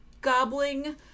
gobbling